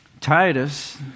Titus